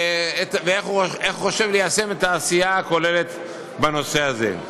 ואיך הוא חושב ליישם את העשייה הכוללת בנושא הזה.